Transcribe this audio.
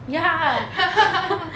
ya